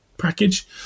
package